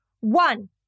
One